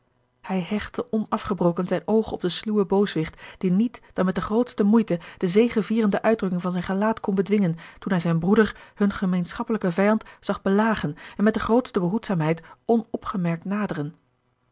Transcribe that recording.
hij hechtte onafgebroken zijn oog op den sluwen booswicht die niet dan met de grootste moeite de zegevierende uitdrukking van zijn gelaat kon bedwingen toen hij zijn broeder hun gemeenschappelijken vijand zag belagen en met de grootste behoedzaamheid onopgemerkt naderen